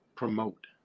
Promote